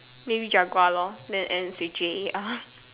maybe jaguar lor then ends with J A R